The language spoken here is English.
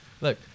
Look